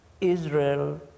Israel